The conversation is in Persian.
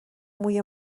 موی